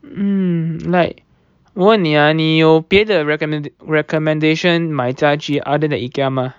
mm like 我问你啊你有别的 recommend~ recommendation 买家具 other than Ikea mah